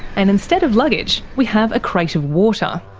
and instead of luggage, we have a crate of water.